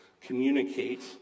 communicate